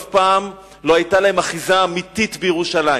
אף פעם לא היתה להם אחיזה אמיתית בירושלים.